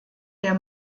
der